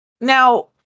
Now